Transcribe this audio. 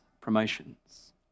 promotions